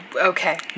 Okay